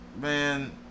Man